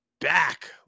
back